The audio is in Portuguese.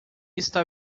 está